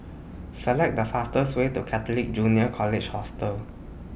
Select The fastest Way to Catholic Junior College Hostel